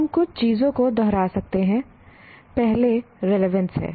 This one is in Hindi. हम कुछ चीजों को दोहरा सकते हैं पहले रेलीवेंस है